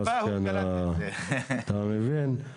אתה מבין?